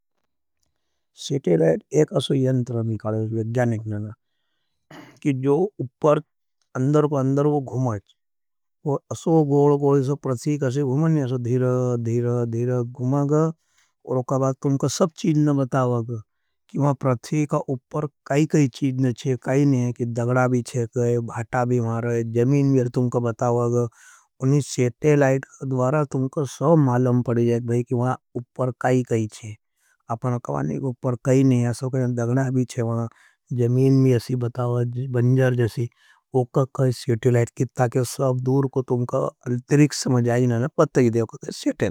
सेटेलाइट एक अशो यंटर मिकाले है, विज्ञानिक नहीं है, कि जो उपर अंदर को अंदर वो घुमा है, वो अशो गोलगोल प्रथीक अशो घुमा नहीं है। रडार के रडारे असी चीज़ है भाई, कि आप अगर रूम में बठे आए, अंदर और अगर कोई भी आदमी आवग। तो तुमका मालंब हो, कोई कोई रडार, जैसे कोई बहुत बड़ो बंगलो बनाये ने, उकाम अगर कोई चारी तरप सीकरेटे लगाओन है नी। तो रडार लगे जा नो, क्ता के तुम्हया कोई चोरी नी हो ये, कोई नी हो यह, कोई आद्मी दगडाई नी मारा।